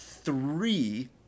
three